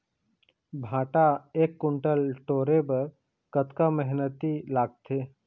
भांटा एक कुन्टल टोरे बर कतका मेहनती लागथे?